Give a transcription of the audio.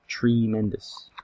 Tremendous